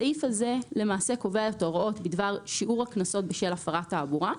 הסעיף הזה למעשה קובע את ההוראות בדבר שיעור הקנסות של הפרת תעבורה.